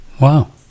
Wow